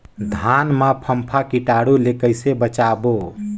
धान मां फम्फा कीटाणु ले कइसे बचाबो?